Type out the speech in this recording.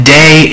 day